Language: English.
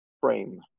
frame